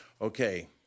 Okay